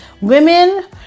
Women